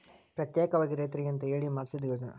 ಪ್ರತ್ಯೇಕವಾಗಿ ರೈತರಿಗಂತ ಹೇಳಿ ಮಾಡ್ಸಿದ ಯೋಜ್ನಾ